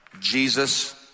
Jesus